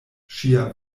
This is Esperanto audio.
ŝia